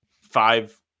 five